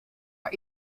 are